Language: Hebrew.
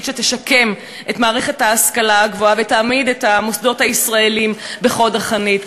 שתשקם את מערכת ההשכלה הגבוהה ותעמיד את המוסדות הישראליים בחוד החנית.